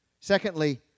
Secondly